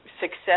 success